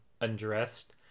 undressed